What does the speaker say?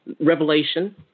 Revelation